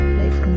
life